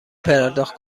پرداخت